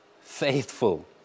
faithful